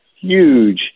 huge